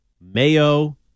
Mayo